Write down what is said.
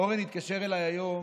אורן התקשר אליי היום